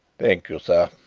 thank you, sir.